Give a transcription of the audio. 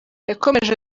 yakomeje